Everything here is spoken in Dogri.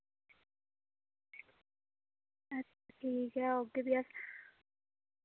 अच्छ ठीक ऐ औगे फ्ही अस